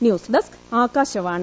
news desk Akashvani